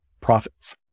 profits